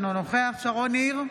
אינו נוכח שרון ניר,